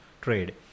trade